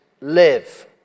live